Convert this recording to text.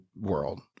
world